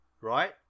right